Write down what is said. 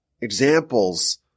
examples